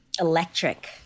Electric